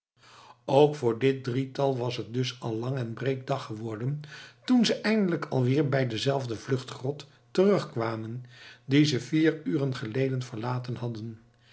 ook voor dit drietal was het dus al lang en breed dag geworden toen ze eindelijk alweer bij dezelfde vluchtgrot terugkwamen die ze vier uren geleden verlaten hadden